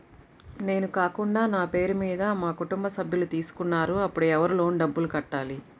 నేను కాకుండా నా పేరు మీద మా కుటుంబ సభ్యులు తీసుకున్నారు అప్పుడు ఎవరు లోన్ డబ్బులు కట్టాలి?